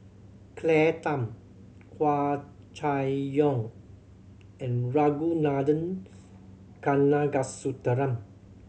Claire Tham Hua Chai Yong and Ragunathar Kanagasuntheram